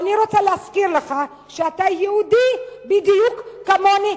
אני רוצה להזכיר לך שאתה יהודי בדיוק כמוני,